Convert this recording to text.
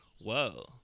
whoa